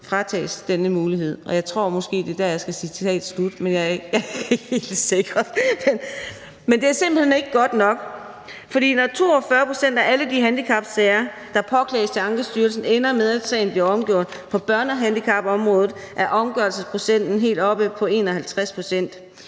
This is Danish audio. fratages denne mulighed.« Jeg tror, at det måske er der, jeg skal sige citat slut. Men jeg er ikke helt sikker. Men det er simpelt hen ikke godt nok. For 42 pct. af alle de handicapsager, der påklages til Ankestyrelsen, ender med at blive omgjort. På børnehandicapområdet er omgørelsesprocenten helt oppe på 51 pct.